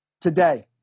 today